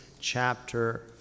chapter